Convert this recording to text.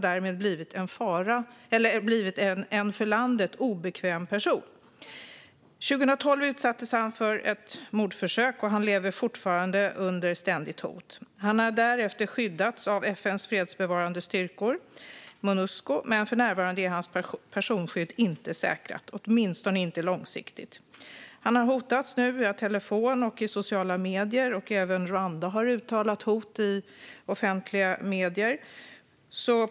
Därmed har han blivit en för landet obekväm person. År 2012 utsattes han för ett mordförsök, och han lever fortfarande under ständigt hot. Han har därefter skyddats av FN:s fredsbevarande styrkor, Monusco, men för närvarande är hans personskydd inte säkrat, åtminstone inte långsiktigt. Han har nu hotats via telefon och i sociala medier. Även Rwanda har uttalat hot i offentliga medier.